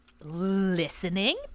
listening